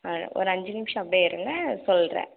ஆ ஒரு அஞ்சு நிமிஷம் அப்படியே இருங்கள் சொல்றேன்